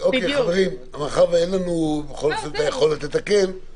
מאחר שאין לנו את היכולת לתקן,